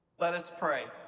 let us pray.